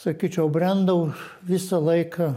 sakyčiau brendau visą laiką